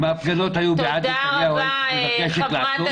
אם ההפגנות היו בעד נתניהו היית מבקשת לעצור אותן?